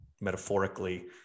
metaphorically